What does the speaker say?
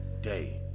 day